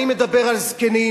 אני מדבר על זקנים,